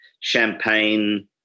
Champagne